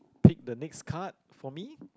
pick the next card for me